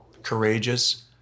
courageous